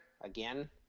again